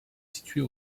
située